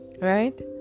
Right